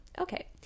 Okay